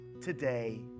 today